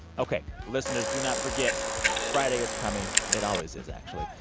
ok, listeners, do not forget friday is coming. it always is, actually.